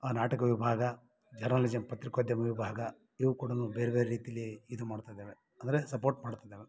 ಆ ನಾಟಕ ವಿಭಾಗ ಜರ್ನಲಿಸಮ್ ಪತ್ರಿಕೋದ್ಯಮ ವಿಭಾಗ ಇವು ಕೂಡ ಬೇರೆ ಬೇರೆ ರೀತೀಲಿ ಇದು ಮಾಡ್ತಿದ್ದಾವೆ ಅಂದರೆ ಸಪೋರ್ಟ್ ಮಾಡ್ತಿದ್ದಾವೆ